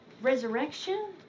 resurrection